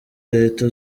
leta